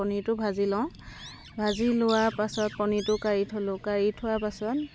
পনীৰটো ভাজি লওঁ ভাজি লোৱাৰ পাছত পনীৰটো কাঢ়ি থ'লোঁ কাঢ়ি থোৱাৰ পাছত